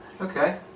Okay